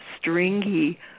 stringy